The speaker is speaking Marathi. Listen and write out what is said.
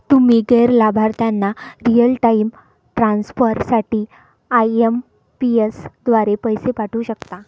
तुम्ही गैर लाभार्थ्यांना रिअल टाइम ट्रान्सफर साठी आई.एम.पी.एस द्वारे पैसे पाठवू शकता